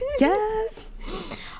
yes